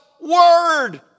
word